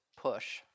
push